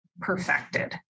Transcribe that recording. perfected